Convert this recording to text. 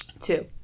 Two